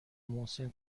محسن